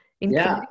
including